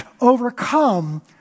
overcome